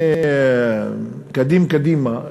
מימים ימימה,